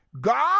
God